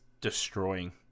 destroying